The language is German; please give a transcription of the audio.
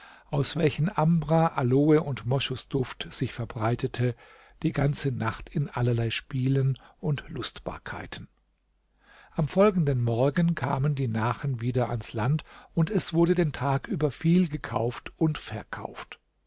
aus welchen ambra aloe und moschusduft sich verbreitete die ganze nacht in allerlei spielen und lustbarkeiten am folgenden morgen kamen die nachen wieder ans land und es wurde den tag über viel gekauft und verkauft